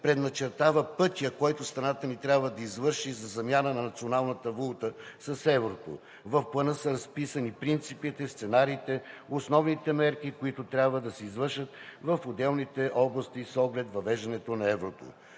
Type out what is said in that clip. предначертава пътят, който страната ни трябва да извърши, за замяна на националната валута с еврото. В плана са разписани принципите, сценариите, основните мерки, които трябва да се извършат в отделните области с оглед въвеждането на еврото.